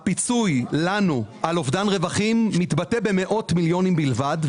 הפיצוי לנו על אובדן רווחים מתבטא במאות מיליונים בלבד.